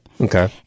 Okay